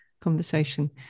conversation